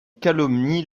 calomnie